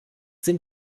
sind